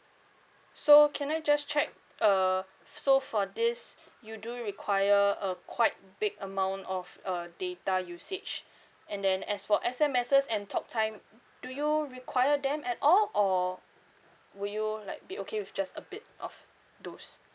so can I just check uh so for this you do require a quite big amount of a data usage and then as for S_M_Ss and talk time do you require them at all or will you like be okay with just a bit of those